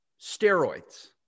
steroids